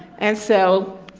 and so,